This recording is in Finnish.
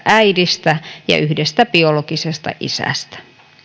äidistä ja yhdestä biologisesta isästä